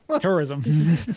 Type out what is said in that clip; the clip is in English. tourism